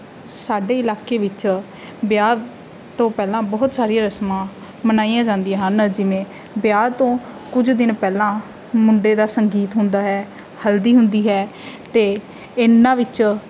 ਸਾਡੇ ਇਲਾਕੇ ਵਿੱਚ ਵਿਆਹ ਤੋਂ ਪਹਿਲਾਂ ਬਹੁਤ ਸਾਰੀਆਂ ਰਸਮਾਂ ਮਨਾਈਆਂ ਜਾਂਦੀਆਂ ਹਨ ਜਿਵੇਂ ਵਿਆਹ ਤੋਂ ਕੁਝ ਦਿਨ ਪਹਿਲਾਂ ਮੁੰਡੇ ਦਾ ਸੰਗੀਤ ਹੁੰਦਾ ਹੈ ਹਲਦੀ ਹੁੰਦੀ ਹੈ ਅਤੇ ਇਹਨਾਂ ਵਿੱਚ